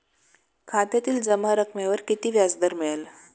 खात्यातील जमा रकमेवर किती व्याजदर मिळेल?